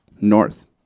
north